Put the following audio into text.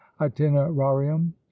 itinerarium